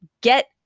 get